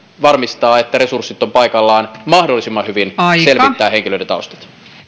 varmistaa että resurssit ovat paikallaan ja mahdollisimman hyvin selvittää henkilöiden taustat